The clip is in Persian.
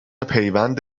پیوند